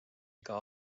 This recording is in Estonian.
iga